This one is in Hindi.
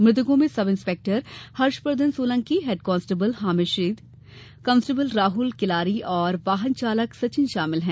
मृतकों में sub inspector Harshvardhan Solanki head constable Hamid Shaikh constable Rahul Kelari और वाहन चालक सचिन शामिल है